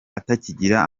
atakigira